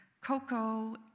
cocoa